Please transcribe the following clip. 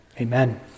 Amen